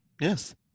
Yes